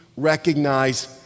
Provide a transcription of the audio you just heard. recognize